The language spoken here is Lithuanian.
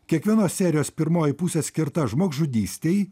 kiekvienos serijos pirmoji pusė skirta žmogžudystei